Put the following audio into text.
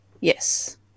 Yes